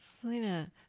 Selena